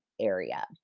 area